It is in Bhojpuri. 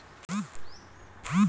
ऑनलाइन पैसा खातिर विषय पर चर्चा वा?